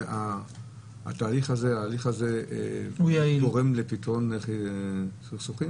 התהליך הזה, ההליך הזה, גורם לפתרון סכסוכים?